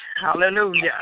Hallelujah